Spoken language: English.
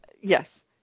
yes